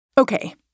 Okay